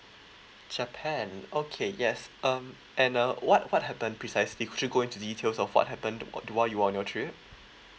japan okay yes um and uh what what happen precisely could you go into details of what happened what do are you are on your trip